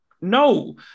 No